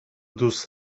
دوست